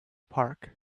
park